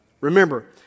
Remember